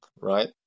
right